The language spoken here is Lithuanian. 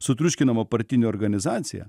sutriuškinama partinė organizacija